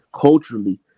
culturally